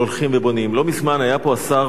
לא מזמן היה פה השר בני בגין,